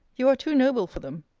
you are too noble for them.